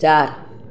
चारि